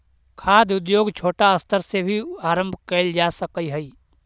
खाद्य उद्योग छोटा स्तर से भी आरंभ कैल जा सक हइ